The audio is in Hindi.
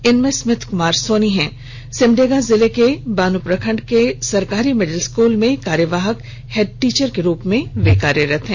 इनमें स्मिथ कुमार सोनी हैं सिमडेगा जिले के बानो प्रखंड के सरकारी मिडिल स्कूल में कार्यवाहक हेड टीचर के रूप में कार्यरत हैं